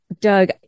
Doug